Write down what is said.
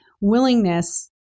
willingness